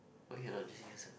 okay lah just use ah